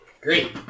Great